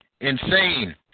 insane